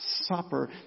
Supper